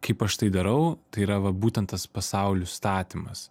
kaip aš tai darau tai yra va būtent tas pasaulių statymas